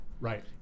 Right